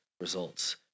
results